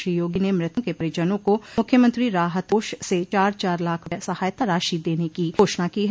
श्री योगी ने मृतकों के परिजनों को मुख्यमंत्री राहत कोष से चार चार लाख रूपये सहायता राशि देने की घोषणा की है